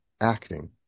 acting